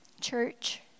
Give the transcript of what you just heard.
church